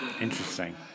Interesting